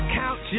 count